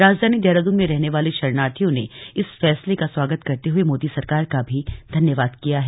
राजधानी देहरादून में रहने वाले शराणार्थियों ने इस फैसले का स्वागत करते हए मोदी सरकार का धन्यवाद किया है